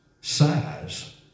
size